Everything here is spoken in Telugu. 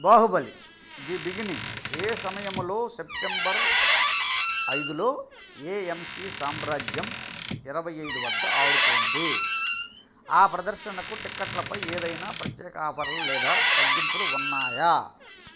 బాహుబలి ది బిగినింగ్ ఏ సమయంలో సెప్టెంబరు ఐదు లో ఏఎంసి సామ్రాజ్యం ఇరవై ఐదు వద్ద ఆడుతోంది ఆ ప్రదర్శనకు టిక్కెట్లపై ఏదైనా ప్రత్యేక ఆఫర్లు లేదా తగ్గింపులు ఉన్నాయా